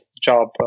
job